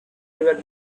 river